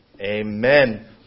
Amen